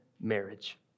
marriage